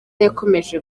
yakomeje